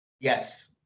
Yes